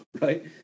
right